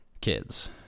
Kids